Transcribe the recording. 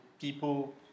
people